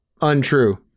untrue